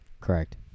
Correct